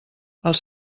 els